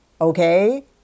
okay